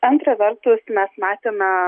antra vertus mes matėme